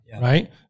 Right